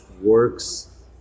works